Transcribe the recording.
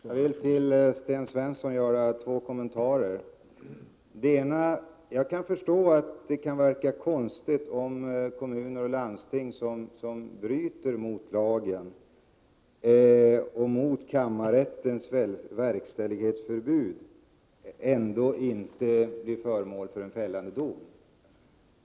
Herr talman! Jag vill göra två kommentarer till Sten Svensson. Jag kan förstå att det kan verka konstigt om kommuner och landsting som bryter mot lagen och mot kammarrättens verkställighetsförbud ändå inte blir föremål för en fällande dom.